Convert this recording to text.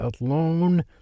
alone